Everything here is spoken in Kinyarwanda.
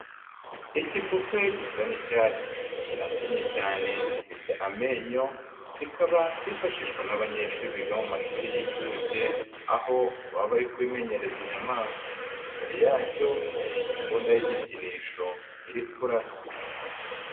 Igipupe gisa n'icyatsi kirasamye cyane gifite amenyo, kikaba kifashishwa n'abanyeshuri biga mu mashuri y'inshuke aho baba bari kwimenyereza inyamaswa, imbere yacyo hari imbunda y'igikinisho iri kurasa.